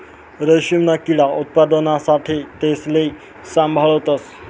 रेशीमना किडा उत्पादना साठे तेसले साभाळतस